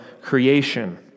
creation